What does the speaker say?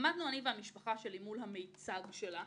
עמדנו אני והמשפחה שלי מול המיצג שלה,